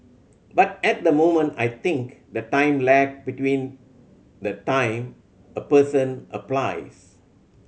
but at the moment I think the time lag between the time a person applies